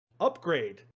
upgrade